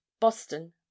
boston